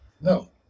No